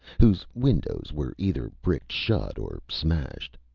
whose windows were either bricked shut, or smashed.